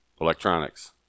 Electronics